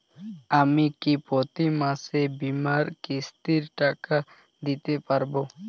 আমি কি প্রতি মাসে বীমার কিস্তির টাকা দিতে পারবো?